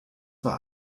war